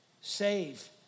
Save